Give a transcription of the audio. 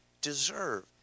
deserve